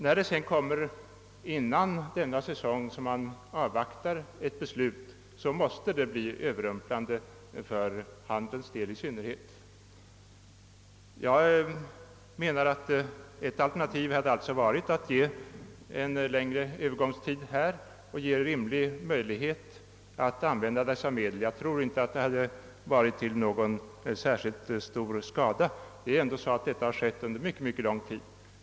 När beslutet som i detta fall sedan fattas kort före nästkommande säsong, så måste det komma överraskande, i synnerhet för handeln. Ett alternativ hade varit att tillåta en längre övergångstid och därmed ge handeln och lantbrukarna rimlig möjlighet att göra sig av med dessa medel; jag tror inte att det hade varit till någon särskilt stor skada. Dessa medel har ändå använts under mycket lång tid.